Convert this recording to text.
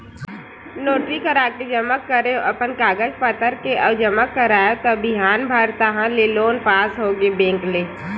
notary कराके जमा करेंव अपन कागज पतर के अउ जमा कराएव त बिहान भर ताहले लोन पास होगे बेंक ले